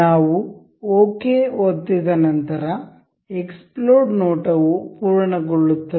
ನಾವು ಓಕೆ ಒತ್ತಿದ ನಂತರ ಎಕ್ಸ್ಪ್ಲೋಡ್ ನೋಟ ವು ಪೂರ್ಣಗೊಳ್ಳುತ್ತದೆ